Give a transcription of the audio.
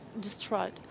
destroyed